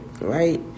right